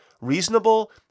reasonable